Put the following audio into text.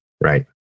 Right